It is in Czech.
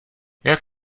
jak